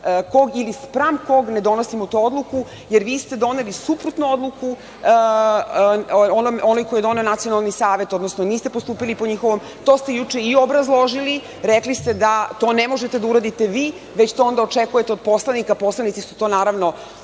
kog i spram tog ne donosimo tu odluku, jer vi ste doneli suprotno odluku, onaj koju je doneo Nacionalni savet. Niste postupili po njihovom, to ste juče i obrazložili, rekli ste da to ne možete da uradite vi već to očekujete od poslanika. Poslanici su to naravno